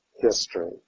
history